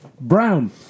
brown